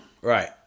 Right